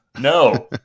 No